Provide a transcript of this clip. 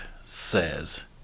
says